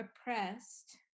oppressed